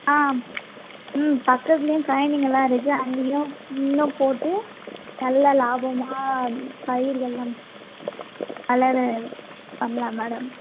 ஆ ம் பக்கத்துலேயும் கழனிங்கெல்லாம் இருக்குது அங்கேயும் இன்னும் போட்டு நல்லா லாபமாக பயிர்கள்லாம் வளர பண்ணலாம் மேடம்